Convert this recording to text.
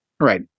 Right